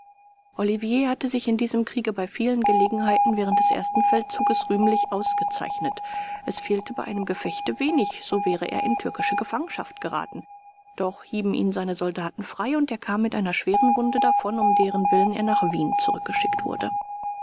olivier hatte sich in diesem kriege bei vielen gelegenheiten während des ersten feldzuges rühmlich ausgezeichnet es fehlte bei einem gefechte wenig so wäre er in türkische gefangenschaft geraten doch hieben ihn seine soldaten frei und er kam mit einer schweren wunde davon um deren willen er nach wien zurückgeschickt wurde